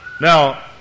Now